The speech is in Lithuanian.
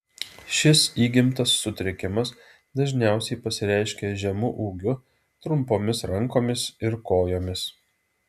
šis įgimtas sutrikimas dažniausiai pasireiškia žemu ūgiu trumpomis rankomis ir kojomis